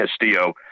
Castillo